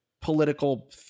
political